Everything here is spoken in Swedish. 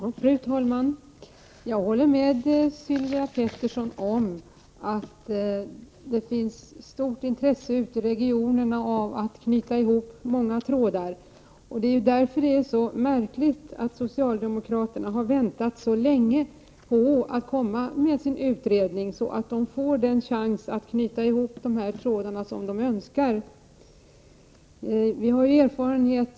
Fru talman! Jag håller med Sylvia Pettersson om att det ute i regionerna finns ett stort intresse av att knyta ihop många trådar. Det är därför som det är så märkligt att socialdemokraterna har väntat så länge på att komma med sin utredning för att ge regionerna en chans att knyta ihop de trådar de önskar.